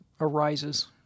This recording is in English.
arises